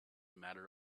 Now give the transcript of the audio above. matter